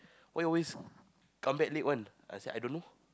why you always come back late one I say I don't know